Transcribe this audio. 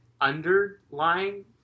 underlying